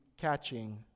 catching